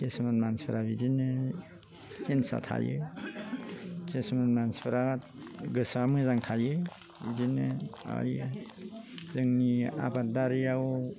किसुमान मानसिफ्रा बिदिनो हिंसा थायो किसुमान मानसिफ्रा गोसोआ मोजां थायो बिदिनो माबायो जोंनि आबादारिआव